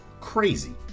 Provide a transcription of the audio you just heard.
Crazy